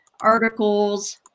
articles